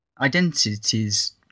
identities